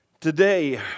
Today